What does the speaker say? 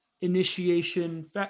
initiation